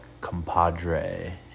compadre